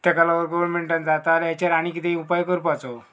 तेका लागो गोवोरमेंटान जाता जाल्यार हेचेर आनी कितें उपाय करपाचो